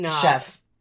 chef